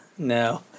No